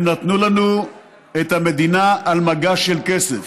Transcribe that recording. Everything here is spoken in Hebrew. הם נתנו לנו את המדינה על מגש של כסף,